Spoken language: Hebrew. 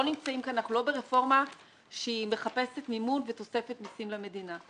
לא ברפורמה שמחפשת מימון ותוספת מסים למדינה.